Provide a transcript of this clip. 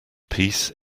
peace